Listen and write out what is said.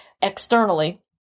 externally